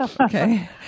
Okay